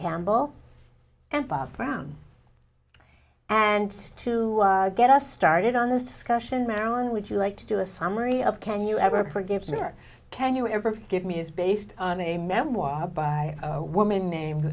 campbell and bob brown and to get us started on this discussion marilyn would you like to do a summary of can you ever forgive me or can you ever give me is based on a memoir by a woman named